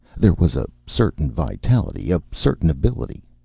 there was a certain vitality, a certain ability.